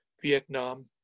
Vietnam